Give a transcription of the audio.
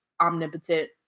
Omnipotent